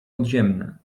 podziemne